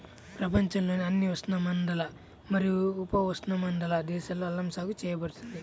ప్రపంచంలోని అన్ని ఉష్ణమండల మరియు ఉపఉష్ణమండల దేశాలలో అల్లం సాగు చేయబడుతుంది